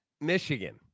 Michigan